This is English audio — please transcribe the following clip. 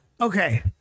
Okay